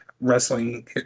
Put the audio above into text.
Wrestling